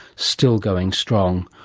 still going strong.